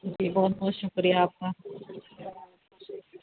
جی بہت بہت شکریہ آپ کا